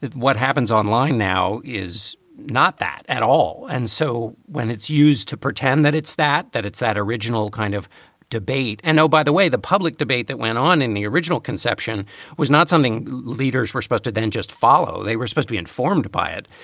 what happens online now is not that at all. and so when it's used to pretend that it's that that it's that original kind of debate and oh, by the way, the public debate that went on in the original conception was not something leaders were supposed to then just follow. they were supposedly informed by it,